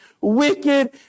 wicked